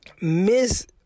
miss